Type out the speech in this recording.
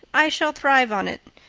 i shall thrive on it.